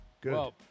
Good